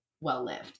well-lived